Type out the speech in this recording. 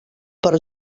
per